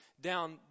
down